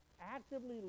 actively